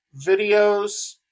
videos